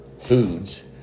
foods